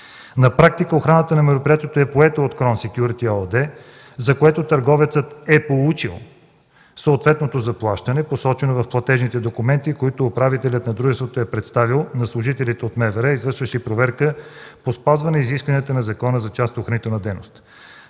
На практика охраната на мероприятието е поета от „Крон Секюрити” ЕООД, за което търговецът е получил съответното заплащане, посочено в платежните документи, които управителят на дружеството е представил на служителите от МВР, извършващи проверка по спазване изискванията на Закона за частната охранителна дейност.